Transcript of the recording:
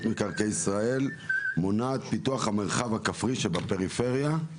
מקרקעי ישראל מונעת פיתוח המרחב הכפרי שבפריפריה.